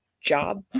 job